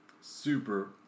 super